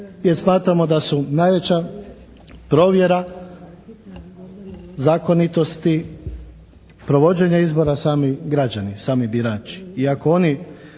jer smatramo da su najveća provjera zakonitosti provođenje izbora sami građani, sami birači.